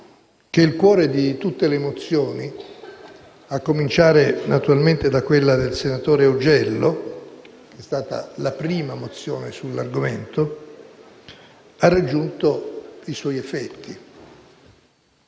il cuore di tutte le mozioni, a cominciare, naturalmente, da quella del senatore Augello, che è stata la prima sull'argomento, ha raggiunto i suoi effetti.